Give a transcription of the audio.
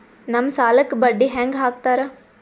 ನಮ್ ಸಾಲಕ್ ಬಡ್ಡಿ ಹ್ಯಾಂಗ ಹಾಕ್ತಾರ?